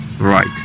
Right